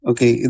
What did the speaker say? Okay